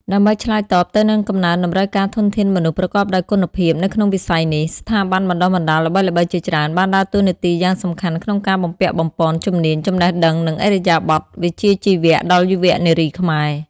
ដើម្បីឆ្លើយតបទៅនឹងកំណើនតម្រូវការធនធានមនុស្សប្រកបដោយគុណភាពនៅក្នុងវិស័យនេះ ស្ថាប័នបណ្តុះបណ្តាលល្បីៗជាច្រើនបានដើរតួនាទីយ៉ាងសំខាន់ក្នុងការបំពាក់បំប៉នជំនាញ ចំណេះដឹង និងឥរិយាបទវិជ្ជាជីវៈដល់យុវនារីខ្មែរ។